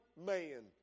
man